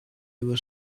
was